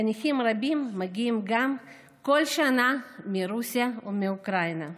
חניכים רבים מגיעים כל שנה גם מרוסיה ומאוקראינה.